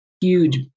huge